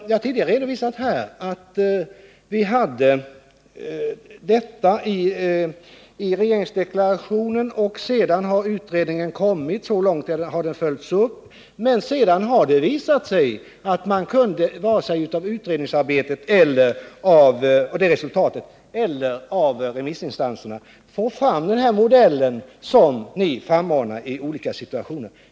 Jag har tidigare redovisat här att vi hade frågan om husläkare med i regeringsdeklarationen, och utredningen har följts upp. Men sedan har det visat sig att man inte vare sig av utredningsarbetet och dess resultat eller av remissinstanserna kunde få fram denna modell som ni frammanar i olika situationer.